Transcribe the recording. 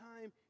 time